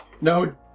no